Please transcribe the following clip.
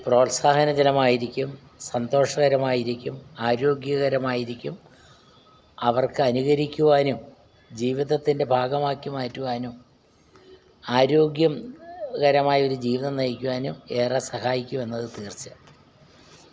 പ്രോത്സാഹനജനമായിരിക്കും സന്തോഷകരമായിരിക്കും ആരോഗ്യകരമായിരിക്കും അവർക്ക് അനുകരിക്കുവാനും ജീവിതത്തിൻ്റെ ഭാഗമാക്കി മാറ്റുവാനും ആരോഗ്യകരമായ ഒരു ജീവിതം നയിക്കുവാനും ഏറെ സഹായിക്കും എന്നത് തീർച്ച